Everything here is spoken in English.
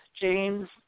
James